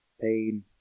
Pain